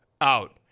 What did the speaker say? Out